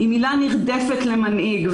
היא מילה נרדפת למנהיג.